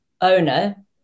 owner